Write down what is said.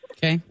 Okay